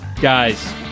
guys